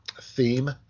theme